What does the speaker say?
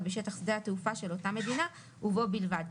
בשטח שדה התעופה של אותה מדינה ובו בלבד.